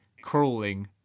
crawling